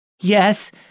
Yes